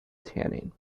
tanning